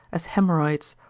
as haemorrhoids,